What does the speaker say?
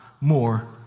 more